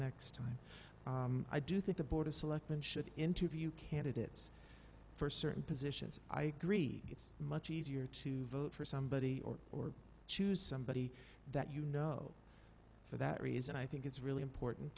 next time i do think the board of selectmen should interview candidates for certain positions i agree it's much easier to vote for somebody or or choose somebody that you know for that reason i think it's really important